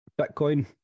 Bitcoin